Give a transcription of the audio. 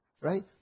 right